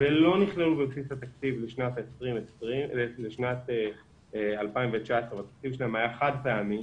ולא נכללו בבסיס התקציב לשנת 2019 והתקציב שלהן היה חד פעמי